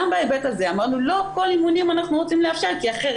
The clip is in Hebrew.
גם בהיבט הזה אמרנו לא כל אימון אנחנו רוצים לאפשר כי אחרת,